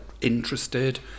interested